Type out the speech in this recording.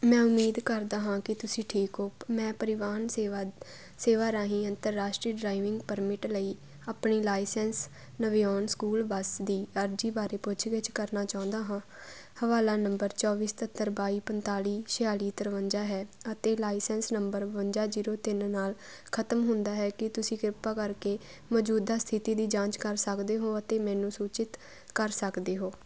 ਮੈਂ ਉਮੀਦ ਕਰਦਾ ਹਾਂ ਕਿ ਤੁਸੀਂ ਠੀਕ ਹੋ ਮੈਂ ਪਰਿਵਾਹਨ ਸੇਵਾ ਸੇਵਾ ਰਾਹੀਂ ਅੰਤਰਰਾਸ਼ਟਰੀ ਡਰਾਈਵਿੰਗ ਪਰਮਿਟ ਲਈ ਆਪਣੀ ਲਾਇਸੈਂਸ ਨਵਿਆਉਣ ਸਕੂਲ ਬੱਸ ਦੀ ਅਰਜ਼ੀ ਬਾਰੇ ਪੁੱਛਗਿੱਛ ਕਰਨਾ ਚਾਹੁੰਦਾ ਹਾਂ ਹਵਾਲਾ ਨੰਬਰ ਚੌਵੀ ਸਤੱਤਰ ਬਾਈ ਪੰਤਾਲੀ ਛਿਆਲੀ ਤਰਵੰਜਾ ਹੈ ਅਤੇ ਲਾਇਸੈਂਸ ਨੰਬਰ ਬਵੰਜਾ ਜ਼ੀਰੋ ਤਿੰਨ ਨਾਲ ਖਤਮ ਹੁੰਦਾ ਹੈ ਕੀ ਤੁਸੀਂ ਕਿਰਪਾ ਕਰਕੇ ਮੌਜੂਦਾ ਸਥਿਤੀ ਦੀ ਜਾਂਚ ਕਰ ਸਕਦੇ ਹੋ ਅਤੇ ਮੈਨੂੰ ਸੂਚਿਤ ਕਰ ਸਕਦੇ ਹੋ